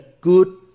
good